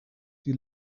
die